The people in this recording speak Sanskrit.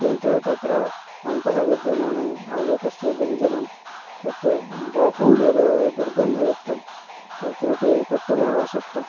किन्तु तत्र अन्तः विद्यमानम् आलूकस्य व्यञ्जनं तत्तु बहु दुर्गन्धयुक्तं तत् किमपि कर्तुम् एव अशक्तं